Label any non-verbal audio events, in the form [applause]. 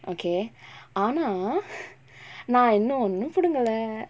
okay ஆனா:aanaa [breath] நா இன்னும் ஒன்னும் புடுங்கல:naa innum onnum pudungala